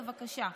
בבקשה.